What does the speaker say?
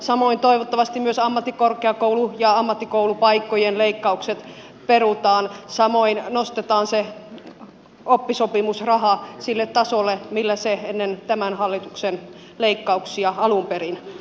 samoin toivottavasti myös ammattikorkeakoulu ja ammattikoulupaikkojen leikkaukset perutaan samoin nostetaan se oppisopimusraha sille tasolle millä se ennen tämän hallituksen leikkauksia alun perin oli